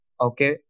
okay